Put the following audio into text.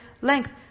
length